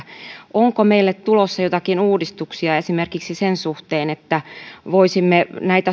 onko meille tulossa joitakin uudistuksia esimerkiksi sen suhteen että voisimme näitä